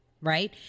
right